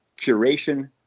curation